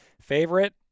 Favorite